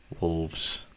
Wolves